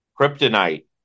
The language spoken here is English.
kryptonite